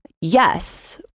Yes